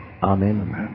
Amen